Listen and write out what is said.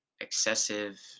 excessive